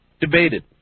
debated